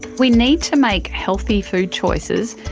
we need to make healthy food choices,